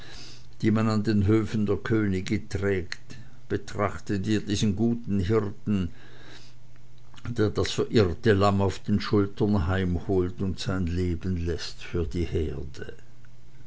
die man an den höfen der könige trägt betrachte dir diesen guten hirten der das verirrte lamm auf den schultern heimholt und sein leben läßt für die herde